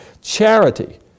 charity